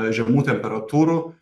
žemų temperatūrų